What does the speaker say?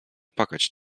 płakać